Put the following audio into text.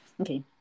Okay